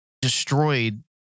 destroyed